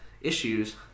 issues